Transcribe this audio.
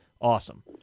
Awesome